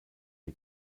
die